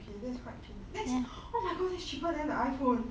okay that's quite 便宜 that's oh my god is cheaper than the iPhone